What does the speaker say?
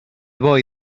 voy